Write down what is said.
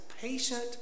patient